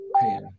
pan